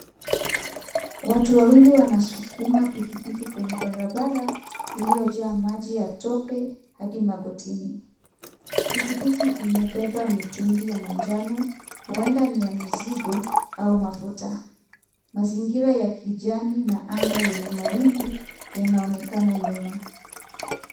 Watu wawili wanasukuma pikipiki kwenye barabara iliyojaa maji ya tope hadi magotini. Pikipiki imebeba mitungi ya manjano huenda ni ya mizigo au mafuta. Mazingira ya kijani na anga yenye mawingu yanaonekana nyuma.